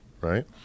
Right